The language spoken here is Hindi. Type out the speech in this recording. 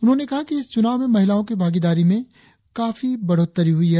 उन्होंने कहा कि इस चुनाव में महिलाओं की भागीदारी में काफी बढ़ोत्तरी हुई है